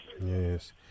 Yes